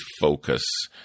focus